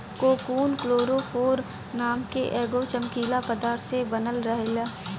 cocoon में fluorophore नाम के एगो चमकीला पदार्थ से बनल रहेला